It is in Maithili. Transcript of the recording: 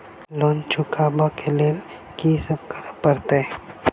लोन चुका ब लैल की सब करऽ पड़तै?